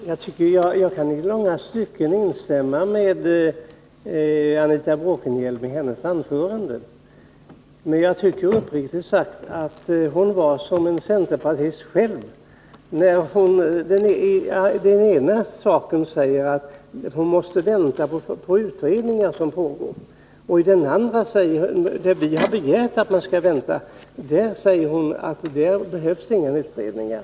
Herr talman! Jag kan i långa stycken instämma i vad Anita Bråkenhielm sade. Men jag tycker uppriktigt sagt att hon själv var som en centerpartist, när hon i det ena fallet sade att man måste vänta på utredningar som pågår och i det andra fallet, där vi har begärt att man skall vänta på utredningen, sade att där behövs inga utredningar.